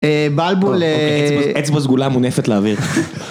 אה... בלבול אה... אצבע סגולה מונפת לאוויר